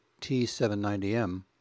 T790M